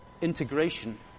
integration